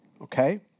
okay